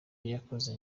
yakoze